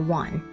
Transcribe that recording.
one